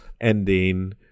ending